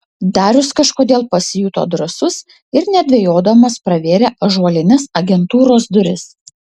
darius kažkodėl pasijuto drąsus ir nedvejodamas pravėrė ąžuolines agentūros duris